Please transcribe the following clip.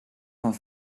van